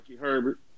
Herbert